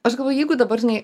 aš galvoju jeigu dabar žinai